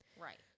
Right